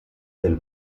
del